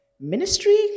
Ministry